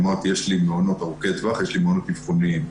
יש לי מעונות ארוכי טווח, יש לי מעונות אבחוניים.